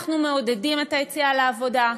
אנחנו מעודדים את היציאה לעבודה,